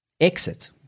exit